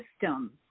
system